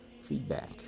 feedback